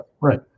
Right